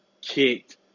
kicked